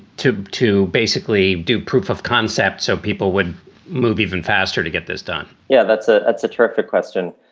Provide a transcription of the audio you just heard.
to to basically do proof of concept so people would move even faster to get this done? yeah, that's a that's a terrific question.